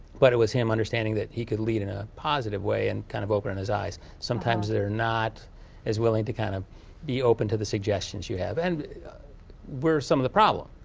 but it was him understanding that he could lead in a positive way and kind of opening and his eyes. sometimes they're not as willing to kind of be open to the suggestions you have. and we're some of the problem.